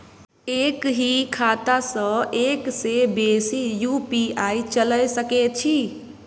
एक ही खाता सं एक से बेसी यु.पी.आई चलय सके छि?